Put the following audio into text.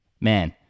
man